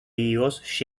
higos